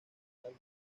parte